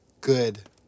good